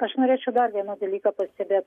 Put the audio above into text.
aš norėčiau dar vieną dalyką pastebėt